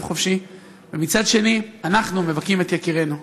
חופשי ומצד שני אנחנו מבכים את יקירינו.